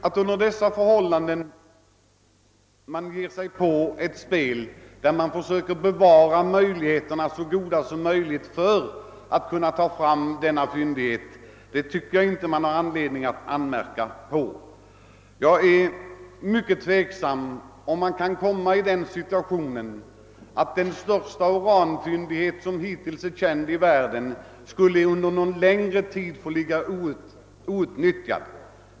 Att under sådana förhållanden försöka bevara så goda möjligheter som möjligt för att kunna utnyttja fyndigheten i Billingen tycker jag inte det finns anledning att anmärka på. Det är mycket tveksamt, om den största uranfyndighet som hittills är känd i världen skulle under någon längre tid få ligga outnyttjad.